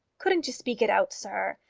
couldn't you speak it out, sir,